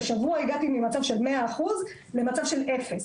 בשבוע הגעתי ממצב של 100% למצב של אפס,